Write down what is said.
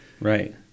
Right